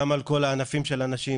גם על כל הענפים של הנשים,